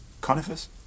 Conifers